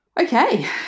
Okay